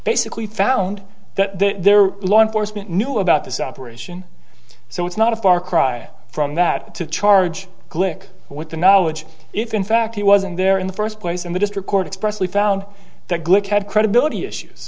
basically found that their law enforcement knew about this operation so it's not a far cry from that to charge glick with the knowledge if in fact he wasn't there in the first place and the district court expressly found that glick had credibility issues